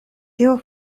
tio